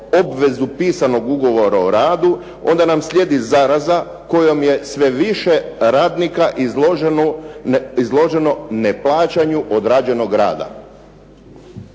obvezu pisanog ugovora o radu onda nam slijedi zaraza kojom je sve više radnika izloženo neplaćanju odrađenog rada.